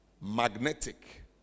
magnetic